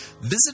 Visit